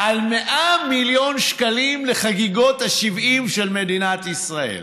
100 מיליון שקלים לחגיגות ה-70 של מדינת ישראל.